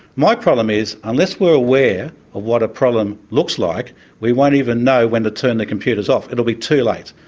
my problem is, unless we're aware of what a problem looks like we won't even know when to turn the computers off. it'll be too late.